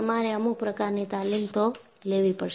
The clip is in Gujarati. તમારે અમુક પ્રકારની તાલીમ તો લેવી પડશે